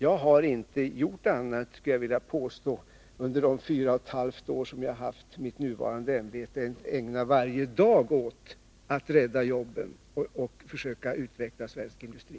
— Jag skulle vilja påstå att jag inte har gjort annat under de fyra och ett halvt år som jag har haft mitt nuvarande ämbete än att varje dag försöka rädda jobben och utveckla svensk industri.